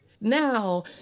now